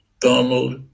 Donald